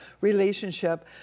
relationship